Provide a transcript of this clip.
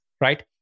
right